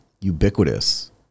ubiquitous